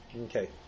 Okay